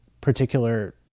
particular